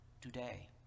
today